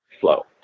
flow